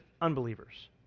unbelievers